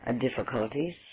difficulties